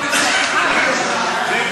נא להירגע.